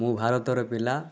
ମୁଁ ଭାରତର ପିଲା